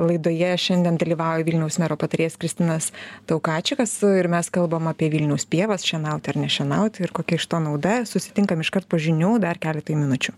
laidoje šiandien dalyvauja vilniaus mero patarėjas kristinas taukačikas ir mes kalbam apie vilniaus pievas šienauti ar nešienauti ir kokia iš to nauda susitinkam iškart po žinių dar keletui minučių